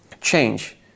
change